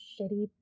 shitty